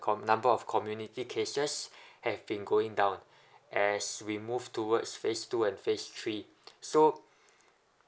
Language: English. com~ number of community cases have been going down as we move towards phase two and phase three so